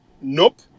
nope